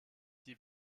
die